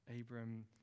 Abram